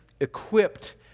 equipped